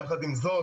יחד עם זאת,